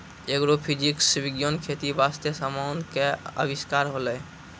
agrophysics विज्ञान खेती बास्ते समान के अविष्कार होलै